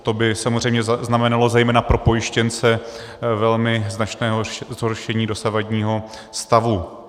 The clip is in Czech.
To by samozřejmě znamenalo zejména pro pojištěnce velmi značné zhoršení dosavadního stavu.